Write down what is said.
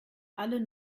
alle